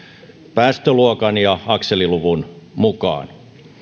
päästöluokan ja akseliluvun mukaan